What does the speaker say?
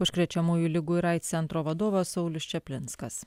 užkrečiamųjų ligų ir aids centro vadovas saulius čaplinskas